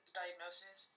diagnosis